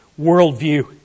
worldview